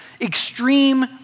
extreme